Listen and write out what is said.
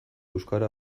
euskara